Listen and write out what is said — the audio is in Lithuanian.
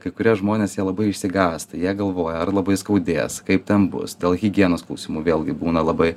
kai kurie žmonės jie labai išsigąsta jie galvoja ar labai skaudės kaip ten bus dėl higienos klausimų vėlgi būna labai